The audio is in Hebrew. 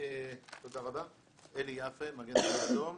דוד אדום.